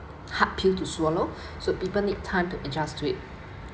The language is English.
hard pill to swallow so people need time to adjust to it